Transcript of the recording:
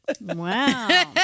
Wow